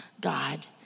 God